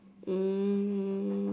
um